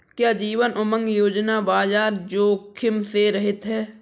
क्या जीवन उमंग योजना बाजार जोखिम से रहित है?